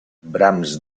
brams